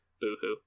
Boo-hoo